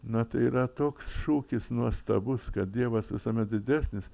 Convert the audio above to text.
na tai yra toks šūkis nuostabus kad dievas visuomet didesnis